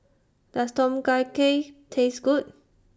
Does Tom Kha Gai Taste Good